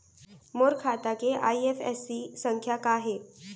मोर खाता के आई.एफ.एस.सी संख्या का हे?